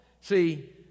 See